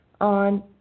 on